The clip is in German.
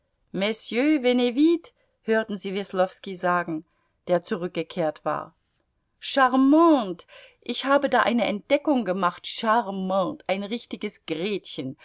hörten sie weslowski sagen der zurückgekehrt war charmante ich habe da eine entdeckung gemacht charmante ein richtiges gretchen